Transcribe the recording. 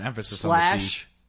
slash